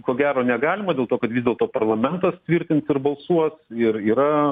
ko gero negalima dėl to kad vis dėlto parlamentas tvirtins ir balsuos ir yra